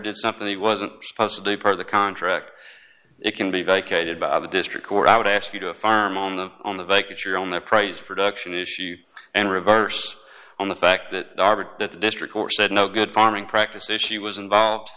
did something he wasn't supposed to be part of the contract it can be vacated by the district court i would ask you to farm on the on the bike that you're on the price of production issue and reverse on the fact that that the district court said no good farming practices she was involved